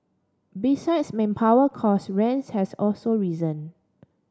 besides manpower cost rents has also risen